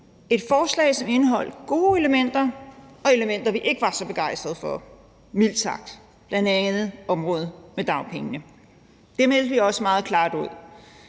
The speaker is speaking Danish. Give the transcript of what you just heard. arbejdsmarked. Det indeholdt gode elementer og elementer, som vi ikke var så begejstret for, mildt sagt, bl.a. området med dagpengene. Det meldte vi også meget klart ud.